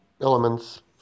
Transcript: elements